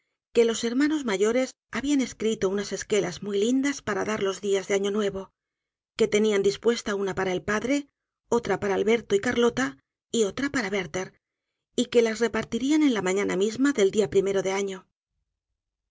que los hermanos mayores habían escrito unas esquelas muy lindas para dar los dias de año nuevo que teñían dispuesta una para el p a d r e otra para alberto y carlota y otra para werther y que las repartirían en la mañana misma del día primero de año